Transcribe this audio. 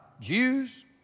Jews